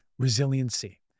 Resiliency